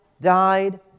died